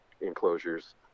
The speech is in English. enclosures